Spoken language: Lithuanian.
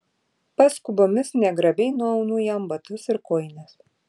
paskubomis negrabiai nuaunu jam batus ir kojines